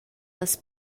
las